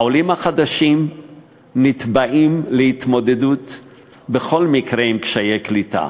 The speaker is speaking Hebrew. העולים החדשים נתבעים בכל מקרה להתמודד עם קשיי קליטה,